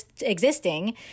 existing